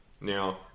Now